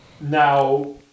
Now